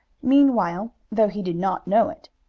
meanwhile, though he did not know it,